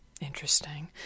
Interesting